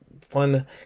fun